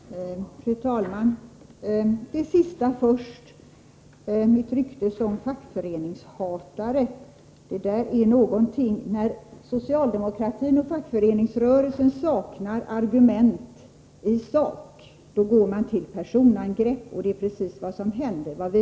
Fru talman! Först till det sista — mitt rykte som fackföreningshatare. När socialdemokratin och fackföreningsrörelsen saknar argument i sak går man till personangrepp, och det är precis vad som nu händer.